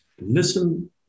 Listen